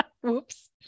Whoops